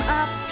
up